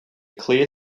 clear